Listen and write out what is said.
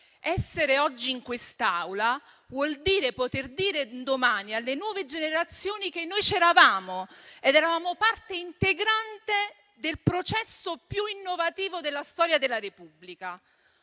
Essere oggi in quest'Aula vuol dire poter dire domani alle nuove generazioni che noi c'eravamo ed eravamo parte integrante del processo più innovativo della storia della Repubblica.